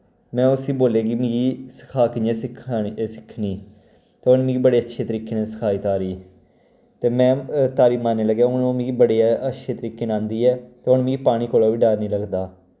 में उस्सी बोलेआ कि मिगी सिखा कियां सिक्खा ना सिक्खनी ते उन्न मिगी बड़े अच्छे तरीके नै सिखाई तारी ते में तारी मारने लगेआ हून ओह् मिगी बड़े अच्छे तरीके नै आंदी ऐ ते हून मिगी पानी कोला वी डर निं लगदा